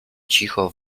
cicho